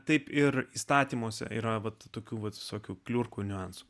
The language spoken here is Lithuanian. taip ir įstatymuose yra vat tokių vat visokių kliurkų niuansų